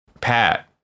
Pat